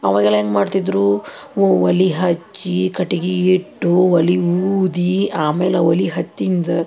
ಅವಾಗೆಲ್ಲ ಹೆಂಗೆ ಮಾಡ್ತಿದ್ರು ಒಲೆ ಹಚ್ಚಿ ಕಟ್ಟಿಗೆ ಇಟ್ಟು ಒಲೆ ಊದಿ ಆಮೇಲೆ ಒಲಿ ಹತ್ತಿದ